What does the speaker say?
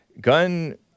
Gun